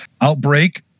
Outbreak